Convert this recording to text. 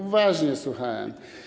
Uważnie słuchałem.